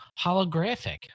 holographic